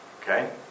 Okay